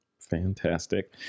Fantastic